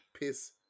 Piss